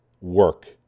work